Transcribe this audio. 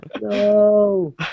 No